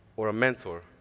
or a mentor,